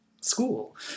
school